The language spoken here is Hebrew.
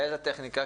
באיזה טכניקה?